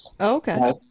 Okay